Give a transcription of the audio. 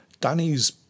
Danny's